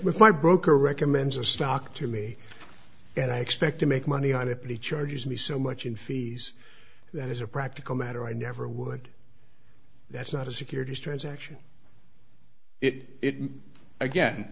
with my broker recommends a stock to me and i expect to make money on it he charges me so much in fees that as a practical matter i never would that's not a securities transaction it again